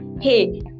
Hey